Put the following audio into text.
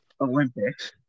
Olympics